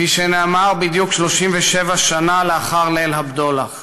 כפי שנאמר, בדיוק 37 שנה לאחר "ליל הבדולח"